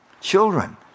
Children